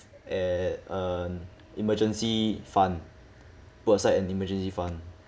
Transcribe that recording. at an emergency fund put aside an emergency fund